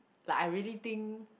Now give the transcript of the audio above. like I really think